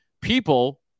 people